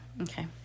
okay